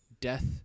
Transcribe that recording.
death